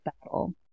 battle